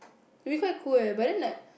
it'll be quite cool leh but then like